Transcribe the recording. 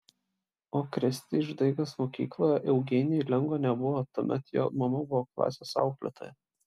o krėsti išdaigas mokykloje eugenijui lengva nebuvo tuomet jo mama buvo klasės auklėtoja